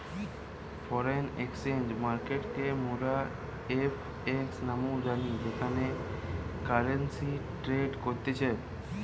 foreign exchange মার্কেটকে মোরা FX নামেও জানি যেখানে কারেন্সি ট্রেড করতিছে